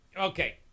Okay